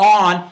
on